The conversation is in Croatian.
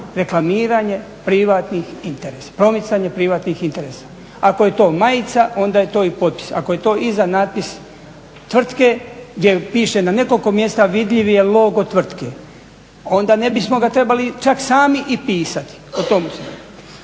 promicanje privatnih interesa. Ako je to majica onda je to i potpis, ako je to iza natpis tvrtke gdje piše na nekoliko mjesta vidljiv je logo tvrtke onda ne bismo ga trebali čak sami i pisati.